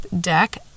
deck